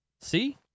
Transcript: See